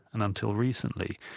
and until recently,